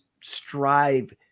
strive